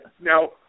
Now